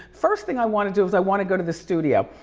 first's thing i wanna do is i wanna go to the studio.